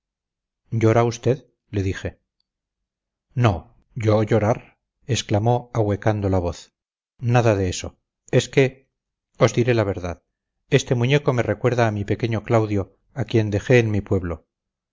llora usted le dije no yo llorar exclamó ahuecando la voz nada de eso es que os diré la verdad este muñeco me recuerda a mi pequeño claudio a quien dejé en mi pueblo